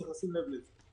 צריך לשים לזה לב.